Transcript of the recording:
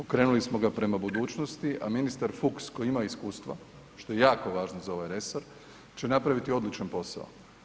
Okrenuli smo ga prema budućnosti, a ministar Fuchs koji ima iskustva, što je jako važno za ovaj resor će napraviti odličan posao.